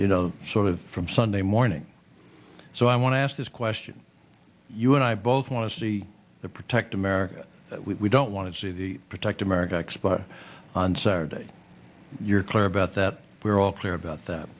you know sort of from sunday morning so i want to ask this question you and i both want to see the protect america we don't want to see the protect america act but on saturdays you're clear about that we're all clear about that